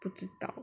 不知道